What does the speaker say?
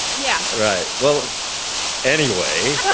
yeah, right. well anyway,